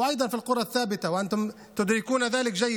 ואתם יודעים זאת היטב,